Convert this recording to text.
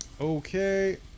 okay